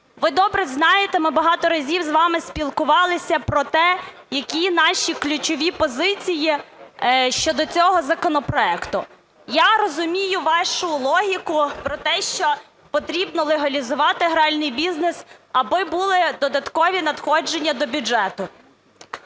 Ви добре знаєте, ми багато разів з вами спілкувалися про те, які наші ключові позиції щодо цього законопроекту. Я розумію вашу логіку про те, що потрібно легалізувати гральний бізнес, аби були додаткові надходження до бюджету.